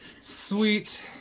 sweet